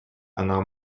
оно